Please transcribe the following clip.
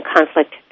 Conflict